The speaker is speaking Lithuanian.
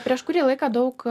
prieš kurį laiką daug